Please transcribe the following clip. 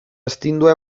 astindua